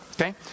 okay